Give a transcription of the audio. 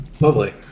Lovely